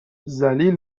ذلیل